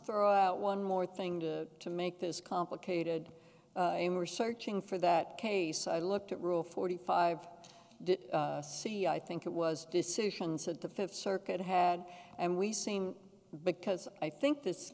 throw out one more thing to make this complicated a more searching for that case i looked at rule forty five did see i think it was decisions that the fifth circuit had and we same because i think this